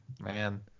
Man